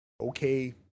okay